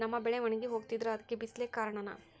ನಮ್ಮ ಬೆಳೆ ಒಣಗಿ ಹೋಗ್ತಿದ್ರ ಅದ್ಕೆ ಬಿಸಿಲೆ ಕಾರಣನ?